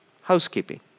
Housekeeping